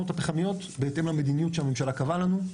הפחמיות בהתאם למדיניות שהממשלה קבעה לנו,